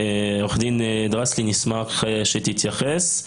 עו"ד דרסלי, נשמח שתתייחס.